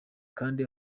kandi